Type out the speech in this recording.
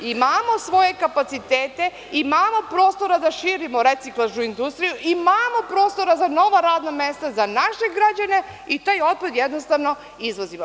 Imamo svoje kapacitete, imamo prostora da širimo reciklažnu industriju, imamo prostora za nova radna mesta za naše građane i taj otpad jednostavno izvozimo.